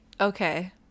Okay